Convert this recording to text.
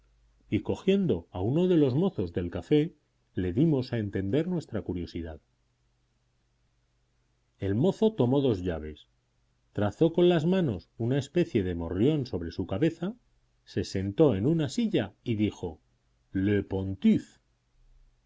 cogiendo a uno de los mozos del café le dimos a entender nuestra curiosidad el mozo tomó dos llaves trazó con las manos una especie de morrión sobre su cabeza se sentó en una silla y dijo le pontife